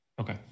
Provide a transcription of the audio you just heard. Okay